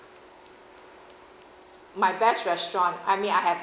my best restaurant I mean I have